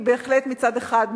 מצד אחד,